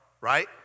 right